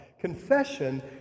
Confession